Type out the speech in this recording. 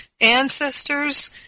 ancestors